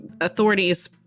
authorities